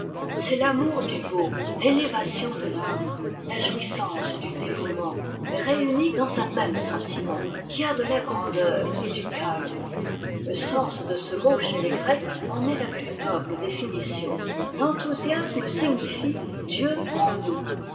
c'est l'amour du beau l'élévation de l'âme la jouissance du dévouement réunis dans un même sentiment qui a de la grandeur et du calme le sens de ce mot chez les grecs en est la plus noble définition l'enthousiasme signifie dieu en nous